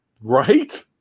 Right